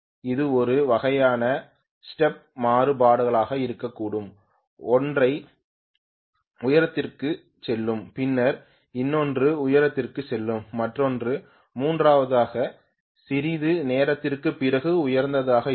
இது ஒரு வகையான ஸ்டெப் மாறுபாடாக இருக்கக்கூடும் ஒன்று உயரத்திற்குச் செல்லும் பின்னர் இன்னொன்று உயரத்திற்குச் செல்லும் மற்றொன்று மூன்றாவதாக சிறிது நேரத்திற்குப் பிறகு உயர்ந்ததாக இருக்கும்